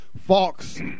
fox